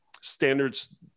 standards